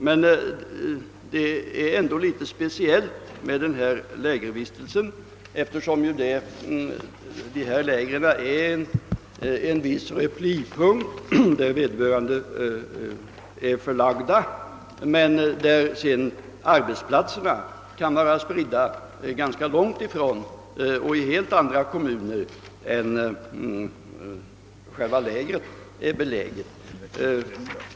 Det är emellertid ändå något speciella förhållanden förknippade med den aktuella formen av lägervistelse, eftersom dessa läger utgör en replipunkt, där vederbörande arbetare är förlagda, medan arbetsplatserna kan vara belägna på ganska stora avstånd och i helt andra kommuner än där lägret är placerat.